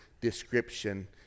description